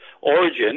origin